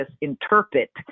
interpret